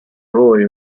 roy